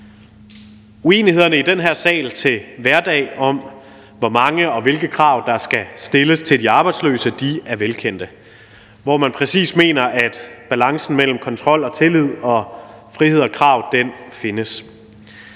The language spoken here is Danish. hverdag er i den her sal, om, hvor mange og hvilke krav der skal stilles til de arbejdsløse, er velkendte, i forhold til hvor man præcis mener at balancen mellem kontrol og tillid og frihed og krav findes.